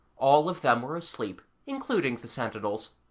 all of them were asleep, including the sentinels,